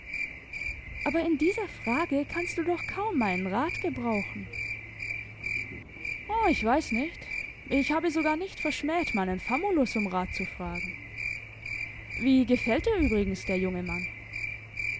aber in dieser frage kannst du doch kaum meinen rat gebrauchen o ich weiß nicht ich habe sogar nicht verschmäht meinen famulus um rat zu fragen wie gefällt dir übrigens der junge mann